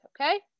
okay